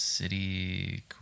City